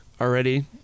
already